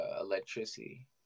Electricity